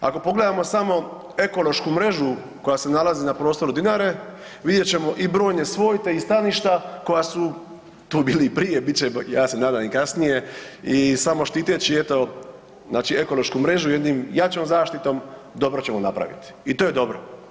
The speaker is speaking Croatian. Ako pogledamo samo ekološku mrežu na prostoru Dinare, vidjet ćemo i brojne svojte i staništa koja su tu bili i prije, bit će ja se nadam i kasnije i samo štiteći eto znači ekološku mrežu jednom jačom zaštitom, dobro ćemo napraviti i to je dobro.